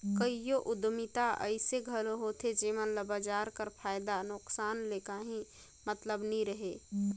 कइयो उद्यमिता अइसे घलो होथे जेमन ल बजार कर फयदा नोसकान ले काहीं मतलब नी रहें